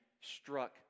struck